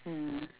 mm